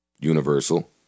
Universal